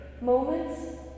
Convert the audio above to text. moments